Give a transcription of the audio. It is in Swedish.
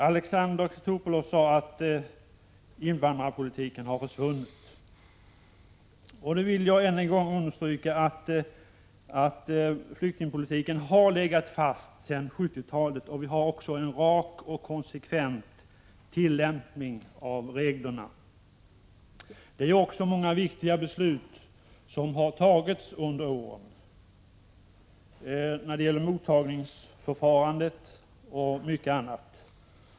Alexander Chrisopoulos sade att invandrarpolitiken har försvunnit. Då vill jag än en gång understryka att flyktingpolitiken har legat fast sedan 1970-talet. Vi har en rak och konsekvent tillämpning av reglerna. Det är också många viktiga beslut som har fattats under åren — när det gäller mottagningsförfarandet och mycket annat.